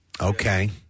Okay